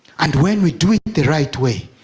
and when we doing the right way,